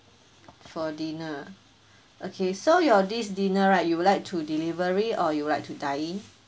for dinner okay so your this dinner right you would like to delivery or you would like to dine in